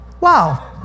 Wow